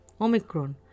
Omicron